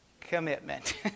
commitment